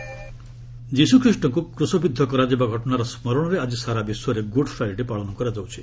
good Friday' ଯୀଶୁ ଖ୍ରୀଷ୍ଟଙ୍କୁ କୁଶବିଦ୍ଧ କରାଯିବା ଘଟଣାର ସ୍କରଣରେ ଆଜି ସାରା ବିଶ୍ୱରେ ଗୁଡ୍ ଫ୍ରାଇଡେ ପାଳନ କରାଯାଉଛି